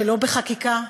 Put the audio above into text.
ולא בחקיקה,